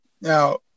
now